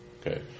Okay